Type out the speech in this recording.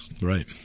Right